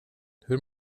hur